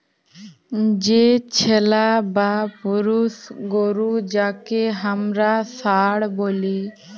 যে ছেলা বা পুরুষ গরু যাঁকে হামরা ষাঁড় ব্যলি